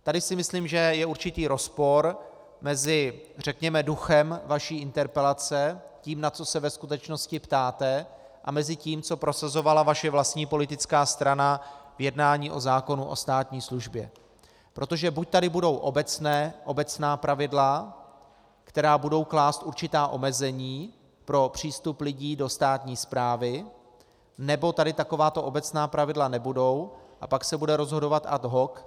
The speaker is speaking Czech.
Tady si myslím, že je určitý rozpor mezi řekněme duchem vaší interpelace, tím, na co se ve skutečnosti ptáte, a tím, co prosazovala vaše vlastní politická strana v jednání o zákonu o státní službě, protože buď tady budou obecná pravidla, která budou klást určitá omezení pro přístup lidí do státní správy, nebo tady takováto obecná pravidla nebudou, a pak se bude rozhodovat ad hoc.